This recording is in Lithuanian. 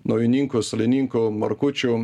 naujininkų salininkų markučių